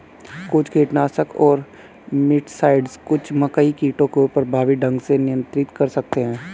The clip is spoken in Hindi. कुछ कीटनाशक और मिटसाइड्स कुछ मकई कीटों को प्रभावी ढंग से नियंत्रित कर सकते हैं